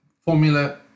formula